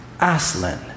Aslan